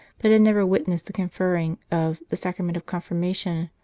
but had never witnessed the conferring of, the sacrament of confirmation,